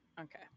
Okay